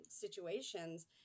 situations